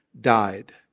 died